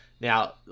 Now